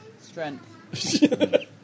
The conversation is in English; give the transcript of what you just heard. Strength